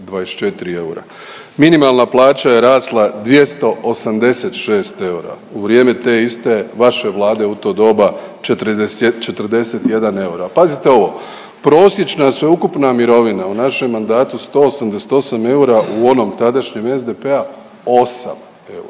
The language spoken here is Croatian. Minimalna plaća je rasla 286 eura, u vrijeme te iste vaše Vlade u to doba 41 euro, a pazite ovo, prosječna sveukupna mirovina u našem mandatu 188 eura, u onom tadašnjem SDP-a 8 eura,